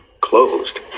closed